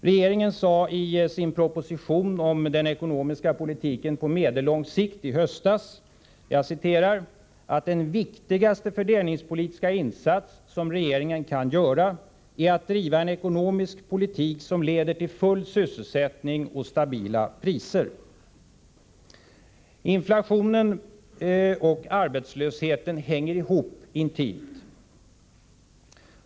Regeringen sade i sin proposition om den ekonomiska politiken på medellång sikt i höstas: ”Den viktigaste fördelningspolitiska insats som regeringen kan göra är att driva en ekonomisk politik som leder till full sysselsättning och stabila priser.” Inflationstakten och arbetslösheten hänger ihop intimt.